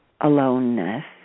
aloneness